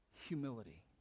humility